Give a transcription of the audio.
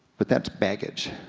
but that's baggage.